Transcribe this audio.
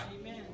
Amen